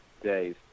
days